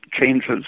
changes